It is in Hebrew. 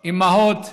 אימהות,